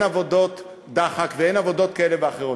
עבודות דחק ואין עבודות כאלה ואחרות.